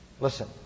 Listen